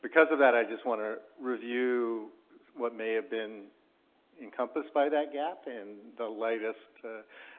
because of that, i just want to review what may have been encompassed by that gap and the latest